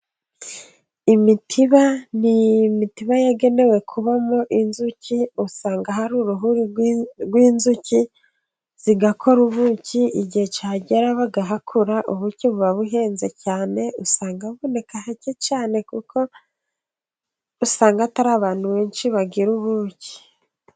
Imitiba ni imitiba yagenewe kubamo inzuki usanga hari uruhuri rw'inzuki, zigakora ubuki igihe cyagera bagahakura ubuki buba buhenze cyane usanga buboneka hake cyane kuko usanga atari abantu benshi bagira ubuki.